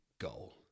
goal